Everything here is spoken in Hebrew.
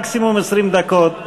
מקסימום 20 דקות,